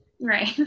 Right